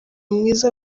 mwiza